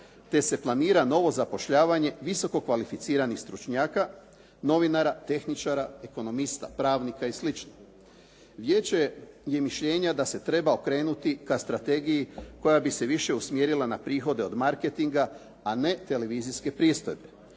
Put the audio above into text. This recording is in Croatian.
te se planira novo zapošljavanje visoko kvalificiranih stručnjaka, novinara, tehničara, ekonomista, pravnika i slično. Vijeće je mišljenja da se treba okrenuti ka strategiji koja bi se više usmjerila na prihode od marketinga a ne televizijske pristojbe